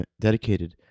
dedicated